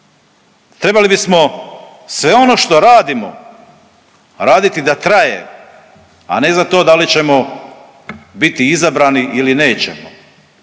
Trebali bismo sve ono što radimo raditi da traje, a ne za to da li ćemo biti izabrani ili nećemo.